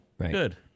Good